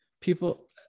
people